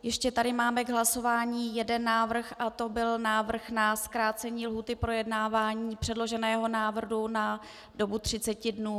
Ještě tady máme k hlasování jeden návrh, návrh na zkrácení lhůty projednávání předloženého návrhu na dobu 30 dnů.